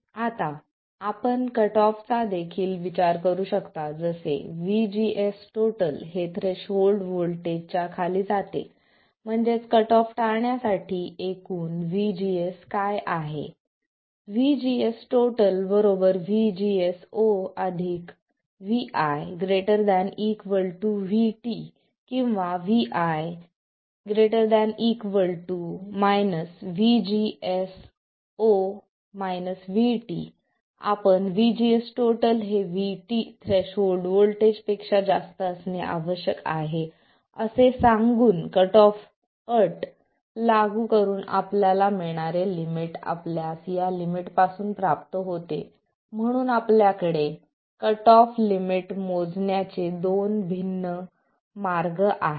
आता आपण cut off चा देखील विचार करू शकता जसे VGS हे थ्रेशोल्ड व्होल्टेज च्या खाली जाते म्हणजेच कट ऑफ टाळण्यासाठी एकूण V GS काय आहे VGS VGS0 vi ≥ VT किंवा vi ≥ आपण VGS हे VT थ्रेशोल्ड व्होल्टेज पेक्षा जास्त असणे आवश्यक आहे सांगून कट ऑफ अट लागू करून आपल्याला मिळणारे लिमिट आपल्यास या लिमिट पासून प्राप्त होते म्हणून आपल्याकडे कट ऑफ लिमिट मोजण्याचे दोन भिन्न मार्ग आहेत